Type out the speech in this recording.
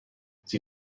sie